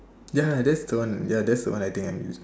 ya that's the one ya that's the one I think I am use